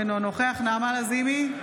אינו נוכח נעמה לזימי,